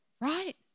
right